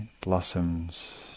blossoms